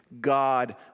God